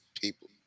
people